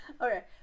Okay